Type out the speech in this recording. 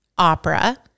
opera